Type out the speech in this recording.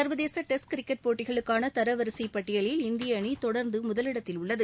சர்வதேச test cricket போட்டிகளுக்கான தரவரிசைப் பட்டியலில் இந்திய அணி தொடர்ந்து முதலிடத்தில் உள்ளது